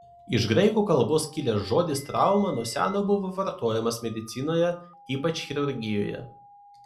iš graikų kalbos kilęs žodis trauma nuo seno buvo vartojamas medicinoje ypač chirurgijoje